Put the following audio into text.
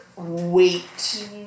wait